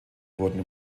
wurden